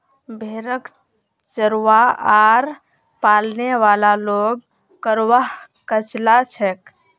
भेड़क चरव्वा आर पालने वाला लोग चरवाहा कचला छेक